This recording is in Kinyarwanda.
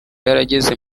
yarageze